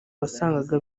wasangaga